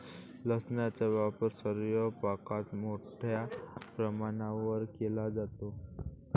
लसणाचा वापर स्वयंपाकात मोठ्या प्रमाणावर केला जातो